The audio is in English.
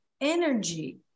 energy